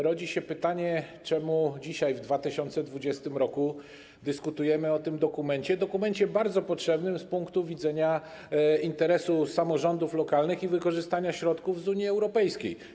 Rodzi się pytanie, czemu dzisiaj, w 2020 r., dyskutujemy o tym dokumencie, dokumencie bardzo potrzebnym z punktu widzenia interesu samorządów lokalnych i wykorzystania środków z Unii Europejskiej.